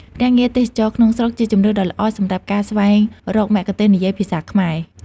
ភ្នាក់ងារទេសចរណ៍ក្នុងស្រុក ជាជម្រើសដ៏ល្អសម្រាប់ការស្វែងរកមគ្គុទ្ទេសក៍និយាយភាសាខ្មែរ។